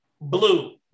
Blue